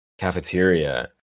cafeteria